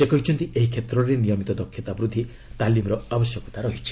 ସେ କହିଛନ୍ତି ଏହି କ୍ଷେତ୍ରରେ ନିୟମିତ ଦକ୍ଷତା ବୃଦ୍ଧି ତାଲିମ୍ର ଆବଶ୍ୟକତା ରହିଛି